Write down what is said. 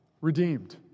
redeemed